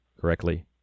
correctly